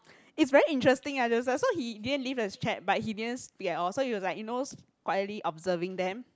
it's very interesting ah that was like so he didn't leave the chat but he didn't speak at all so it was like you knows quietly observing them